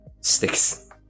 Sticks